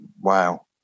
wow